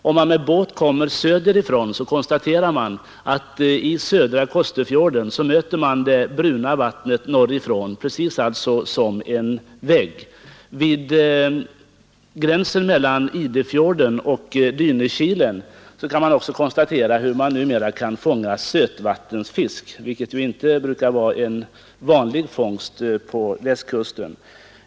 Om man med båt kommer söderifrån möter man i södra Kosterfjorden det bruna vattnet norrifrån, precis som en vägg! Vid gränsen mellan Idefjorden och Dynekilen kan man också numera fånga sötvattensfisk, vilket inte brukar vara en vanlig fångst på Västkusten.